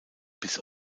bis